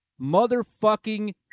motherfucking